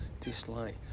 Dislike